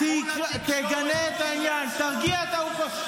-- תקרא, תגנה את העניין, תרגיע את הרוחות.